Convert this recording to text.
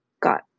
got